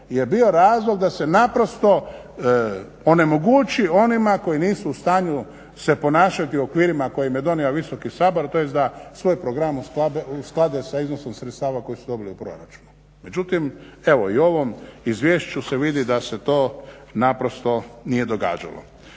je bio razlog da se onemogući onima koji su nisu u stanju se ponašati u okvirima koje im je donio Visoki dom, a to je da svoj program usklade sa iznosom sredstava koje su dobili u proračunu. Međutim evo i u ovom izvješću se vidi da se to nije događalo.